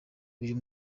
uyu